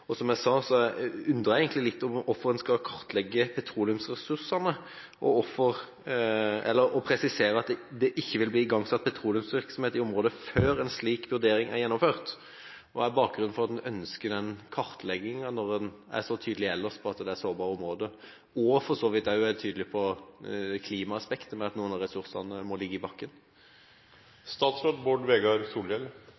åpnes. Som jeg sa, undrer jeg meg litt over hvorfor man skal kartlegge petroleumsressursene og så presisere at det ikke vil bli igangsatt petroleumsvirksomhet i området før en slik vurdering er gjennomført. Hva er bakgrunnen for at man ønsker den kartleggingen, når man er så tydelig ellers på at dette er sårbare områder, og for så vidt også er tydelig på klimaaspektet, at noen av ressursene må bli liggende i